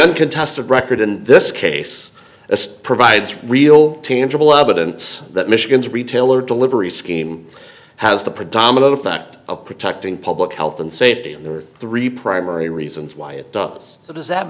uncontested record in this case as provides real tangible evidence that michigan's retailer delivery scheme has the predominant effect of protecting public health and safety and there are three primary reasons why it does so does that